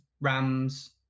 Rams